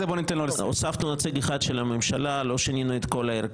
אתם שיניתם מבפנים את כל המערך של